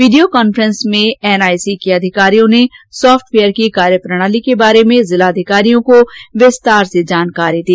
video conferencing में NIC के अधिकारियों ने सॉफ्टवेयर की कार्यप्रणाली के बारे में जिलाधिकारियों को विस्तार से जानकारी दी